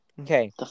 Okay